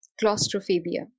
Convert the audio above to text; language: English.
claustrophobia